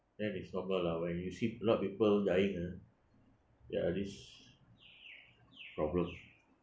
ya it's normal lah when you see a lot of people dying ah ya this problem